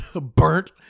burnt